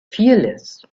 fearless